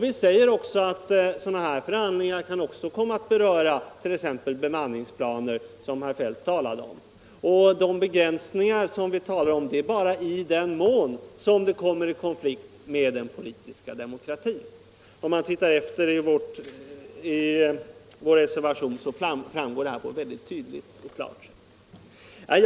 Vi säger också att sådana förhandlingar kan komma att beröra t.ex. bemanningsplaner, som herr Feldt talar om. De begränsningar vi angivit gäller bara i den mån man kommer i konflikt med den politiska demokratin. Också det framgår mycket tydligt av vår reservation.